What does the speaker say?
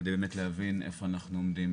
כדי באמת להבין איפה אנחנו עומדים.